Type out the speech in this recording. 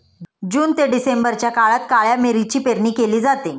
जून ते डिसेंबरच्या काळात काळ्या मिरीची पेरणी केली जाते